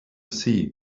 sea